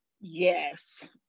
Yes